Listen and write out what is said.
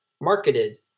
marketed